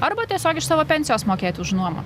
arba tiesiog iš savo pensijos mokėti už nuomą